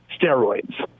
steroids